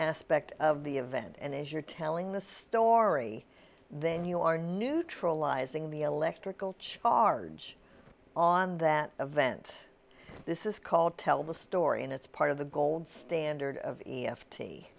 aspect of the event and as you're telling the story then you are neutralizing the electrical charge on that event this is called tell the story and it's part of the gold standard of